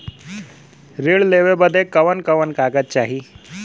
ऋण लेवे बदे कवन कवन कागज चाही?